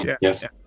Yes